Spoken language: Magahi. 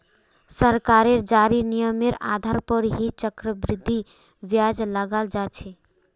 सरकारेर जारी नियमेर आधार पर ही चक्रवृद्धि ब्याज लगाल जा छे